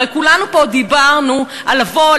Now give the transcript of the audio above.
הרי כולנו פה דיברנו על לבוא,